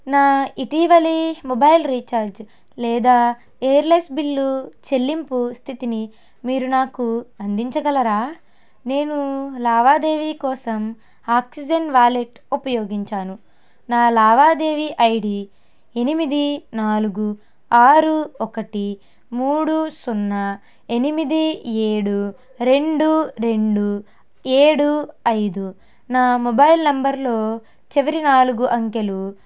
నా ఇటీవలి mobile recharge లేదా ఎయిర్సెల్ బిల్లు చెల్లింపు స్థితిని మీరు నాకు అందించగలరా నేను లావాదేవీ కోసం ఆక్సిజెన్ వాలెట్ ఉపయోగించాను నా లావాదేవీ ఐడి ఎనిమిది నాలుగు ఆరు ఒకటి మూడు సున్నా ఎనిమిది ఏడు రెండు రెండు ఏడు ఐదు నా మొబైల్ నంబర్లో చివరి నాలుగు అంకెలు